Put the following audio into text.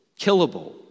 killable